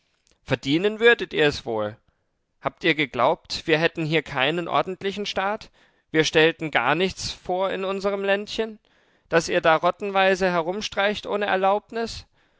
verdienen würdet ihr es wohl habt ihr geglaubt wir hätten hier keinen ordentlichen staat wir stellten gar nichts vor in unserem ländchen daß ihr da rottenweise herumstreicht ohne erlaubnis